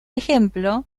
ejemplo